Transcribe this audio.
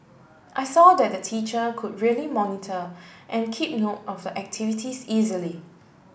I saw that the teacher could really monitor and keep note of the activities easily